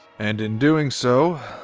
and in doing so,